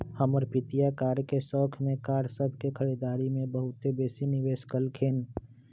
हमर पितिया कार के शौख में कार सभ के खरीदारी में बहुते बेशी निवेश कलखिंन्ह